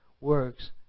works